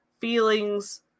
feelings